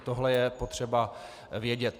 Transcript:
Tohle je potřeba vědět.